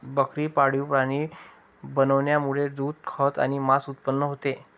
बकरी पाळीव प्राणी बनवण्यामुळे दूध, खत आणि मांस उत्पन्न होते